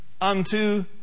Unto